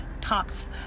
TOPS